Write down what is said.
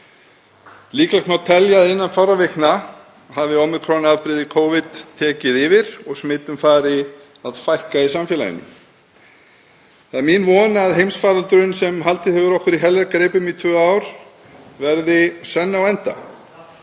Líklegt má telja að innan fárra vikna hafi ómíkron-afbrigði Covid tekið yfir og smitum fari að fækka í samfélaginu. Það er mín von að heimsfaraldurinn, sem haldið hefur okkur í heljargreipum í tvö ár, verði senn á enda.